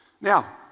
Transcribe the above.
Now